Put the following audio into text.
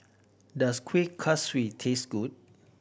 does Kueh Kaswi taste good